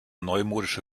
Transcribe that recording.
neumodische